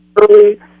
early